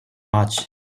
much